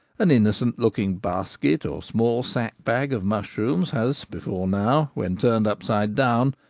an innocent-looking basket or small sack-bag of mushrooms has before now, when turned upside down,